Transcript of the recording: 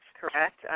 Correct